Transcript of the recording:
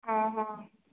ହଁ ହଁ